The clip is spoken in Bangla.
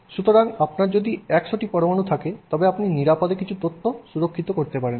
সুতরাং আপনার যদি 100 টি পরমাণু থাকে তবে আপনি নিরাপদে কিছু তথ্য সুরক্ষিত করতে পারেন